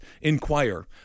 inquire